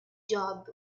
job